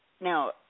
Now